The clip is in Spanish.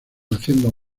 haciendo